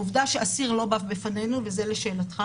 העובדה שאסיר לא בא בפנינו וזה לשאלתך